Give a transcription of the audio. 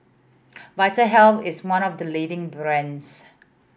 Vitahealth is one of the leading brands